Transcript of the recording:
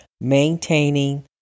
maintaining